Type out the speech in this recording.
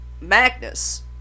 magnus